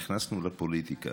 נכנסנו לפוליטיקה,